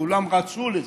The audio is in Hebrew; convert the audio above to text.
כולם רצו את זה,